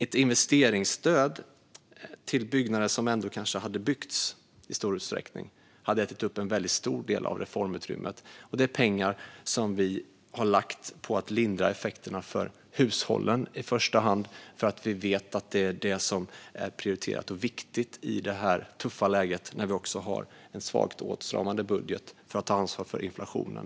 Ett investeringsstöd till byggnader som i stor utsträckning kanske ändå hade byggts hade ätit upp en väldigt stor del av reformutrymmet. Detta är pengar som vi har lagt på att lindra effekterna för hushållen i första hand, för vi vet att det är det som är prioriterat och viktigt i detta tuffa läge, när vi också har en svagt åtstramande budget för att ta ansvar för inflationen.